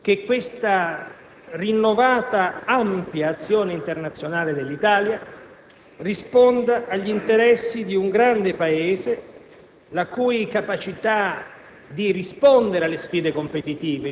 Sappiamo che la globalizzazione è una sfida, una sfida difficile, ma siamo convinti che i suoi effetti vadano governati attraverso la cooperazione internazionale.